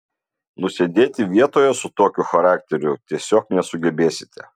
nusėdėti vietoje su tokiu charakteriu tiesiog nesugebėsite